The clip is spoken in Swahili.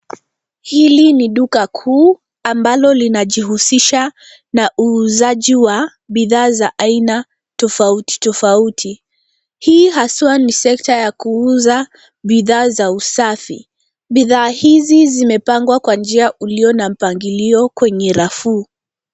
Hili ni duka kuu ambalo linajihusisha na uuzaji wa bidhaa za aina tofautitofauti. Hii haswa ni sekta ya kuuza bidhaa za usafi. Bidhaa hizi zimepangwa kwa njia ulio na mpangilio kwenye rafu.